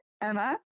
Emma